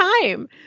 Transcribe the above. time